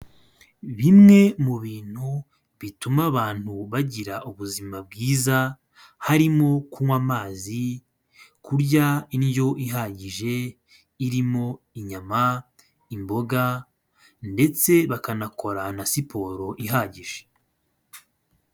Bimwe mu bintu bituma abantu bagira ubuzima bwiza harimo kunywa amazi, kurya indyo ihagije, irimo inyama, imboga ndetse bakanakora na siporo ihagije.